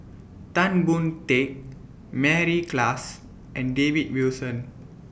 Tan Boon Teik Mary Klass and David Wilson